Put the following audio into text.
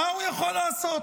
מה הוא יכול לעשות,